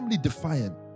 defiant